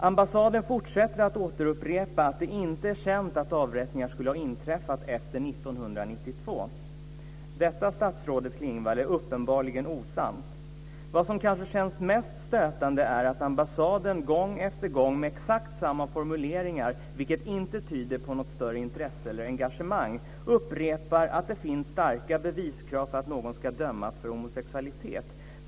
Ambassaden fortsätter att upprepa att det inte är känt att avrättningar skulle ha inträffat efter 1992. Detta är uppenbarligen osant, statsrådet Klingvall. Vad som kanske känns mest stötande är att ambassaden gång efter gång med exakt samma formuleringar, vilket inte tyder på något större intresse eller engagemang, upprepar att det finns starka beviskrav för att någon ska dömas för homosexualitet.